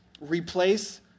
Replace